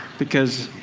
because